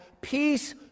peace